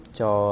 cho